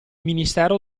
ministero